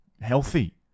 healthy